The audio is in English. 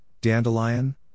dandelion